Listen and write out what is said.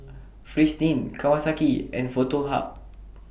Fristine Kawasaki and Foto Hub